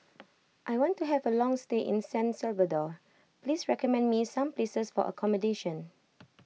I want to have a long stay in San Salvador please recommend me some places for accommodation